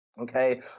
okay